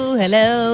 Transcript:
hello